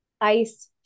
ice